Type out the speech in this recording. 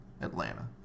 Atlanta